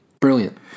brilliant